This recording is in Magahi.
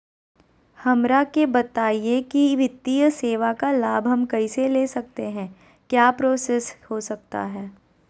हमरा के बताइए की वित्तीय सेवा का लाभ हम कैसे ले सकते हैं क्या क्या प्रोसेस हो सकता है?